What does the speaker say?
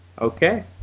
Okay